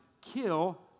kill